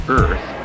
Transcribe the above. earth